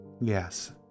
Yes